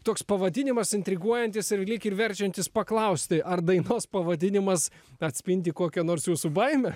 toks pavadinimas intriguojantis ir lyg ir verčiantis paklausti ar dainos pavadinimas atspindi kokią nors jūsų baimę